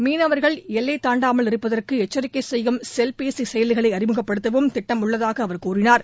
மீனவர்கள் எல்லை தாண்டாமல் இருப்பதற்கு எச்சரிக்கை செய்யும் செல்பேசி செயலிகளை அறிமுகப்படுத்தவும் திட்டம் உள்ளதாக அவர் கூறினார்